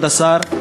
כבוד השר,